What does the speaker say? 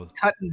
cutting